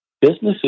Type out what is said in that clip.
Businesses